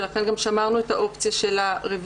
ולכן גם שמרנו את האופציה של הרביזיה,